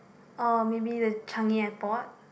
orh maybe that's Changi-Airport